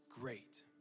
great